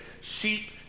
sheep